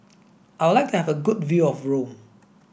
I would like to have a good view of Rome